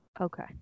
Okay